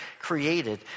created